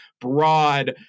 broad –